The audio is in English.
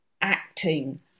acting